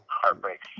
heartbreak